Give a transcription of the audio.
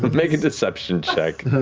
but make a deception check.